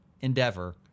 endeavor